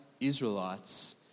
Israelites